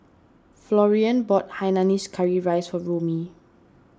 Florian bought Hainanese Curry Rice for Romie